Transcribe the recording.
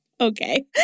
Okay